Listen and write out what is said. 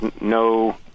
no